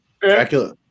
Dracula